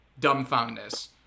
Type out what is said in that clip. dumbfoundness